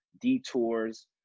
Detours